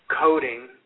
coding